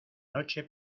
noche